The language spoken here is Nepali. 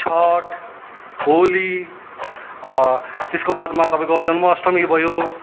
छट होली त्यसको बादमा तपाईँको जन्म अष्टमी भयो